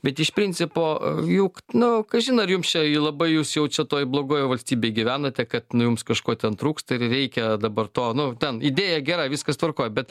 bet iš principo juk nu kažin ar jums čia labai jūs jau čia toj blogojoj valstybėj gyvenate kad nu jums kažko ten trūksta ir reikia dabar to nu ten idėja gera viskas tvarkoj bet